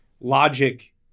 logic